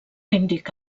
indica